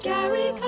Gary